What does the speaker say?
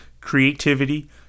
creativity